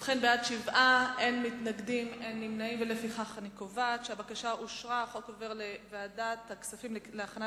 ועדת הכספים על רצונה